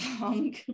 long